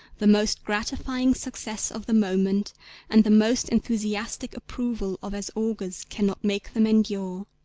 the most gratifying success of the moment and the most enthusiastic approval of as augurs cannot make them endure.